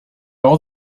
all